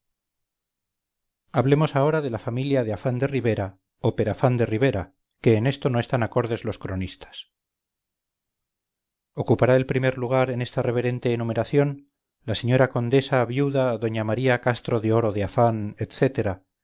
hablemos ahora de la familia de afán de ribera o perafán de ribera que en esto no están acordes los cronistas ocupará el primer lugar en esta reverente enumeración la señora condesa viuda doña maría castro de oro de afán